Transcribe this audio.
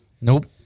Nope